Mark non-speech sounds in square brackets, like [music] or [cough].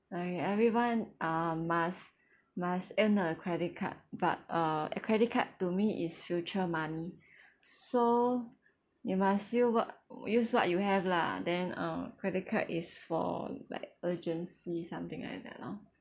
I mean everyone uh must must earn a credit card but uh a credit card to me is future money [breath] so you must u~ what use what you have lah then uh credit card is for like urgency something like that loh